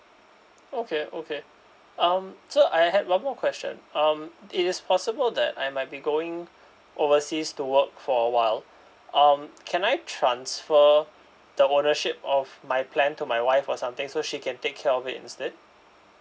okay okay um so I had one more question um it is possible that I might be going overseas to work for awhile um can I transfer the ownership of my plan to my wife or something so she can take care of it instead